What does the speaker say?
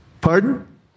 Pardon